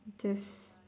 just